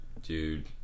Dude